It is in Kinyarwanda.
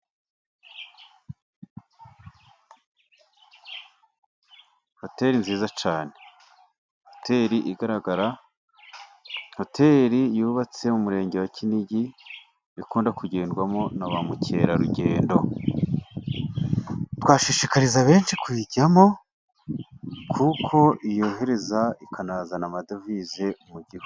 Hoteri nziza cyane. Hoteri igaragara, hoteri yubatse mu murenge wa Kinigi, ikunda kugendwamo na ba mukerarugendo. Twashishikariza benshi kuyijyamo, kuko yohereza ikanazana amadovize mu gihugu.